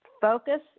focus